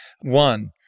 One